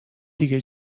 دیگه